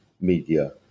media